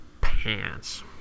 pants